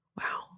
Wow